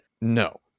no